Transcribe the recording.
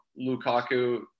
Lukaku